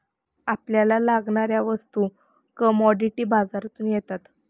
आपल्याला लागणाऱ्या वस्तू कमॉडिटी बाजारातून येतात